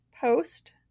post